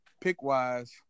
pick-wise